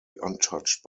untouched